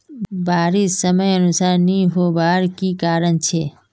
बारिश समयानुसार नी होबार की कारण छे?